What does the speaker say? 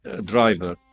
driver